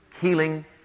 healing